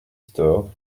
store